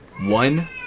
one